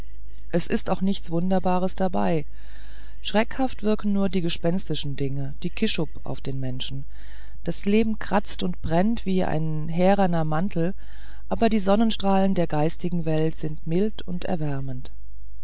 es ist auch nichts wunderbares dabei schreckhaft wirken nur die gespenstischen dinge die kischuph auf den menschen das leben kratzt und brennt wie ein härener mantel aber die sonnenstrahlen der geistigen welt sind mild und erwärmend